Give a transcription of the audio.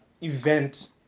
event